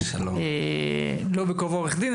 לא כעורך דין,